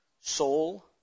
soul